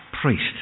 priest